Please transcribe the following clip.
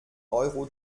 euro